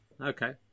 okay